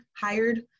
hired